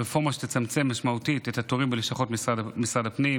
זו רפורמה שתצמצם משמעותית את התורים בלשכות משרד הפנים,